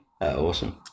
Awesome